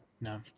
no